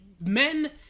men